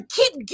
keep